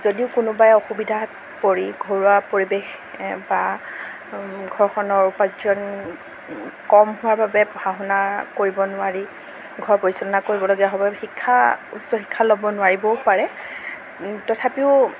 যদিও কোনোবাই অসুবিধাত পৰি ঘৰুৱা পৰিৱেশ বা ঘৰখনৰ উপাৰ্জন কম হোৱা বাবে পঢ়া শুনা কৰিব নোৱাৰি ঘৰ পৰিচালনা কৰিবলগীয়া হ'ব শিক্ষা উচ্চ শিক্ষা ল'ব নোৱাৰিবও পাৰে তথাপিও